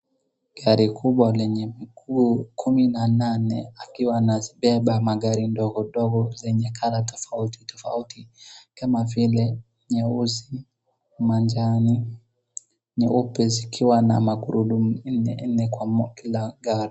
Gari kubwa lenye miguu kumi na nane akiwa anazibeba magari ndogo ndogo zenye colour tofauti tofauti kama vile nyeusi, manjano, nyeupe zikiwa na magurudumu nne nne kwa kila gari.